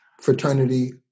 fraternity